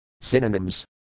Synonyms